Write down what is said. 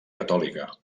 catòlica